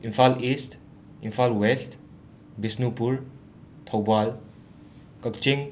Imphal east Imphal west Bishnupur ꯊꯧꯕꯥꯜ ꯀꯛꯆꯤꯡ